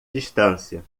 distância